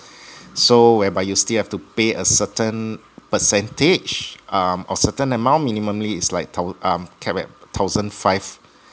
so whereby you still have to pay a certain percentage uh or certain amount minimumly is like thou~ um capped at thousand five